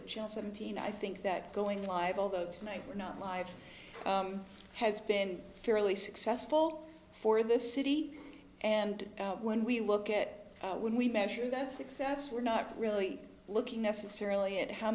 a chance seventeen i think that going live although tonight we're not life has been fairly successful for this city and when we look at when we measure that success we're not really looking necessarily at how